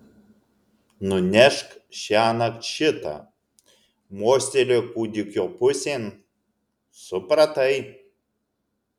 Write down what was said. nunešk šiąnakt šitą mostelėjo kūdikio pusėn supratai